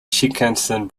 shinkansen